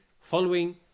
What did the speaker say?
following